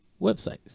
websites